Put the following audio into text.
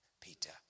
Peter